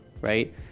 Right